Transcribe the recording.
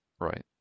Right